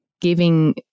giving